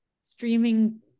streaming